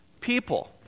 people